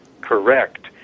correct